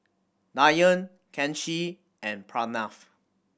Dhyan Kanshi and Pranav